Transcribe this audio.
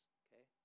okay